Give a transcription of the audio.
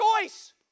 choice